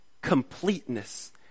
completeness